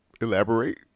Elaborate